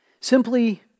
simply